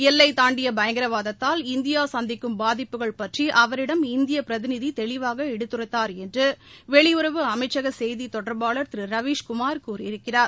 எல்லை தாண்டிய பயங்கரவாதத்தால் இந்தியா சந்திக்கும் பாதிப்புகள் பற்றி அவரிடம் இந்தியப் பிரதிநிதி தெளிவாக எடுத்துரைத்தார் என்று வெளியுறவு அமைச்சக செய்தித்தொடர்பாளர் திரு ரவிஸ்குமார் கூறியிருக்கிறார்